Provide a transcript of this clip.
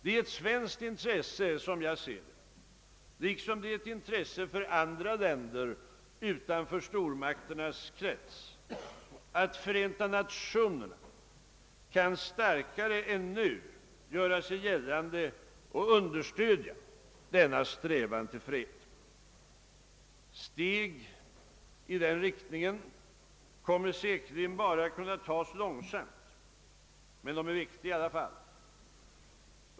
Det är ett svenskt intresse, som jag ser det, liksom det är intresse för andra länder utanför stormakternas krets, att Förenta Nationerna starkare än nu kan göra sig gällande och understödja denna strävan till fred. Steg i den rikt ningen kommer säkerligen bara att kunna tas långsamt, men de är viktiga i alla fall.